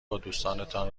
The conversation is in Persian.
بادوستانتان